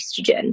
estrogen